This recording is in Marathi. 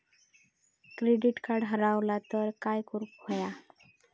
क्रेडिट कार्ड हरवला तर काय करुक होया?